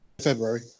February